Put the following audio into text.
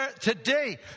today